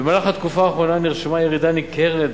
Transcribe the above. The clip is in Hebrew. במהלך התקופה האחרונה נרשמה ירידה ניכרת,